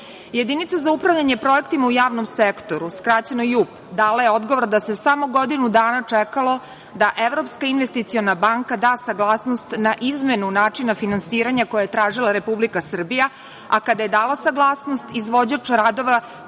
pomolu. Jedinice za upravljanje projektima u javnom sektoru, skraćeno JUP, dala je odgovor da se samo godinu dana čekalo da Evropska investiciona banka da saglasnost na izmenu načina finansiranja koje je tražila Republika Srbija, a kada je dala saglasnost izvođač radova